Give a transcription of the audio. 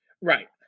Right